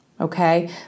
Okay